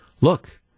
look